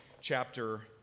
chapter